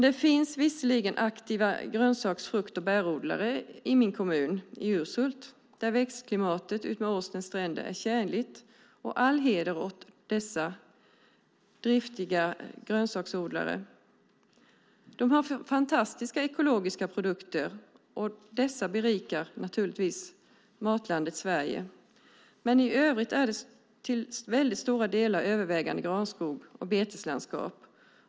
Det finns visserligen aktiva grönsaks-, frukt och bärodlare i min kommun, i Urshult, där växtklimatet utmed Åsnens stränder är tjänligt. All heder åt dessa driftiga grönsaksodlare! De har fantastiska ekologiska produkter, och dessa berikar naturligtvis Matlandet Sverige. I övrigt är det till stora delar övervägande granskog och beteslandskap.